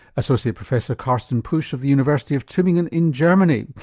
associate professor carsten pusch of the university of tubingen in germany.